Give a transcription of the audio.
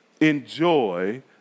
Enjoy